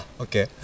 Okay